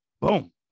boom